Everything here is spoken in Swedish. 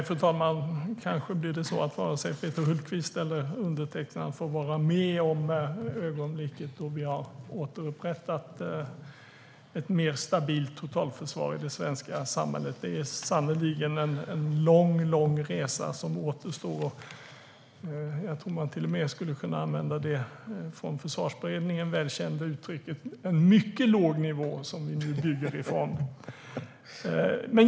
Fru talman! Kanske blir det så att varken Peter Hultqvist eller undertecknad får vara med om ögonblicket då vi har återupprättat ett mer stabilt totalförsvar i det svenska samhället. Det är sannerligen en lång resa som återstår. Man skulle till och med kunna använda det för Försvarsberedningen kända uttrycket "en mycket låg nivå"; det är från den vi nu bygger.